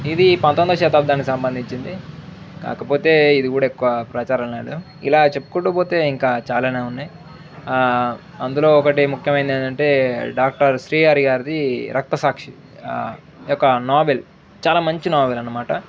ఇది పంతొమ్మిది శతాబ్దాన్ని సంబంధించింది కాకపోతే ఇది కూడా ఎక్కువ ప్రచారనేలేదు ఇలా చెప్పుకుంటూ పోతే ఇంకా చాలానే ఉన్నాయి అందులో ఒకటి ముఖ్యమైంది ఏందంటే డాక్టర్ శ్రీ హరి గారిది రక్తసాక్షి యొక్క నావెల్ చాలా మంచి నావెల్ అనమాట